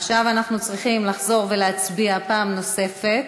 עכשיו אנחנו צריכים לחזור ולהצביע פעם נוספת: